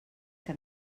que